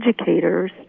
educators